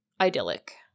idyllic